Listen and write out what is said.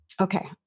Okay